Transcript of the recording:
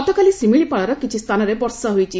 ଗତକାଲି ଶିମିଳିପାଳର କିଛି ସ୍ଚାନରେ ବର୍ଷା ହୋଇଛି